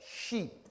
sheep